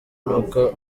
nuko